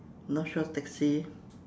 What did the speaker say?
north shore taxi